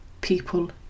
People